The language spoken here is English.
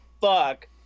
fuck